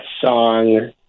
song